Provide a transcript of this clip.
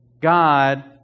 God